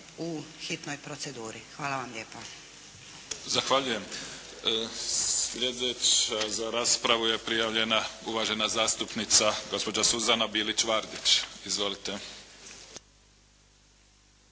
u hitnoj proceduri. Hvala vam lijepa. **Mimica, Neven (SDP)** Zahvaljujem. Slijedeća za raspravu je prijavljena uvažena zastupnica gospođa Suzana Bilić Vardić. Izvolite.